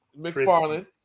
McFarland